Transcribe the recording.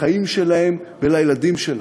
לחיים שלהם ולילדים שלהם.